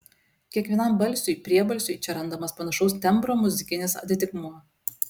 kiekvienam balsiui priebalsiui čia randamas panašaus tembro muzikinis atitikmuo